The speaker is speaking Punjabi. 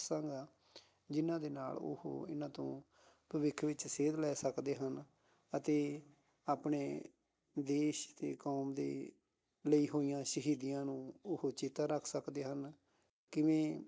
ਦੱਸਾਂਗਾ ਜਿਹਨਾਂ ਦੇ ਨਾਲ ਉਹ ਇਹਨਾਂ ਤੋਂ ਭਵਿੱਖ ਵਿੱਚ ਸੇਧ ਲੈ ਸਕਦੇ ਹਨ ਅਤੇ ਆਪਣੇ ਦੇਸ਼ ਅਤੇ ਕੌਮ ਦੇ ਲਈ ਹੋਈਆਂ ਸ਼ਹੀਦੀਆਂ ਨੂੰ ਉਹ ਜਿੰਦਾ ਰੱਖ ਸਕਦੇ ਹਨ ਕਿਵੇਂ